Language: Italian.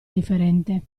differente